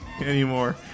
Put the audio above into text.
anymore